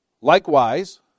Likewise